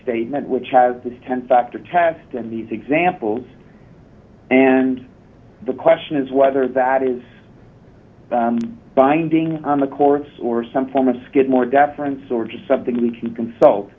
statement which has this ten factor test in these examples and the question is whether that is binding on the courts or some form of skidmore deference or just something we can consult